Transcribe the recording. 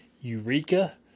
Eureka